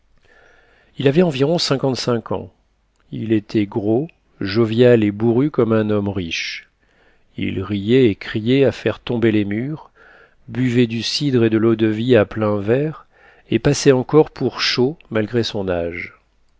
il avait environ cinquante-cinq ans il était gros jovial et bourru comme un homme riche il riait et criait à faire tomber les murs buvait du cidre et de l'eau-de-vie à pleins verres et passait encore pour chaud malgré son âge